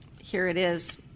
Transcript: here-it-is